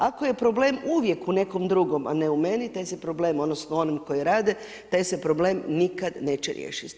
Ako je problem uvijek u nekom drugom, a ne u mene, taj se problem odnosno onima koji rade taj se problem nikada neće riješiti.